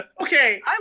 Okay